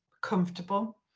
comfortable